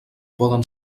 poden